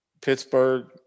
Pittsburgh